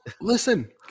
listen